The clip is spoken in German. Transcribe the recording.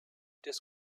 des